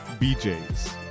BJs